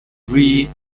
debris